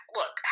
Look